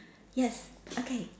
yes okay